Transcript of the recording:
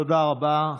תודה רבה.